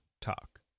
talk